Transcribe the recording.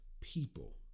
people